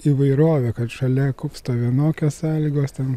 įvairovę kad šalia kupsto vienokios sąlygos ten